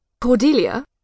Cordelia